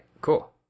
Cool